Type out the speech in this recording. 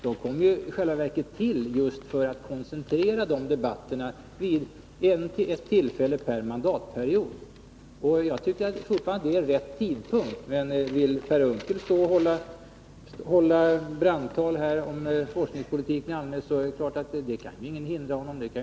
De kom i själva verket till just för att koncentrera dessa debatter till ett tillfälle per mandatperiod. Jag tycker fortfarande inte att det är rätt tidpunkt, men om Per Unckel vill stå och hålla brandtal om forskningspolitiken i allmänhet kan ingen hindra honom.